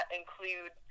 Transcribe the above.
include